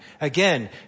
Again